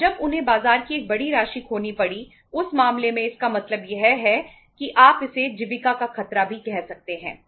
और जब उन्हें बाजार की एक बड़ी राशि खोनी पड़ी उस मामले में इसका मतलब यह है कि आप इसे जीविका का खतरा भी कह सकते हैं